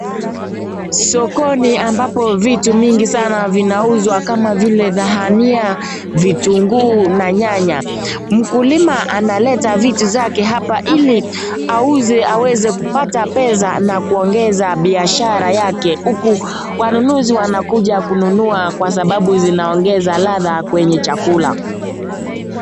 Sokoni ambapo vitu mingi sana vinauzwa kama vile dhahania vitunguu na nyanya. Mkulima analeta vitu zake hapa ili auze ili aweze kupata pesa na kuongeza biashara yake huku wanunuzi wanakuja kununua kwa sababu zinaongeza ladha kwenye chakula.